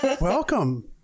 Welcome